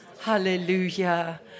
Hallelujah